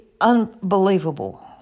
unbelievable